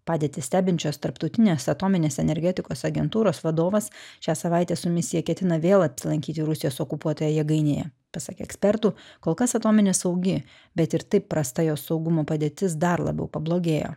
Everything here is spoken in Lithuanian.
padėtį stebinčios tarptautinės atominės energetikos agentūros vadovas šią savaitę su misija ketina vėl apsilankyti rusijos okupuotoj jėgainėje pasak ekspertų kol kas atominė saugi bet ir taip prasta jos saugumo padėtis dar labiau pablogėjo